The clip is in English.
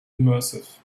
immersive